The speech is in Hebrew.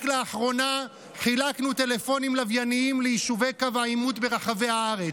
רק לאחרונה חילקנו טלפונים לווייניים ליישובי קו העימות ברחבי הארץ,